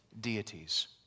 deities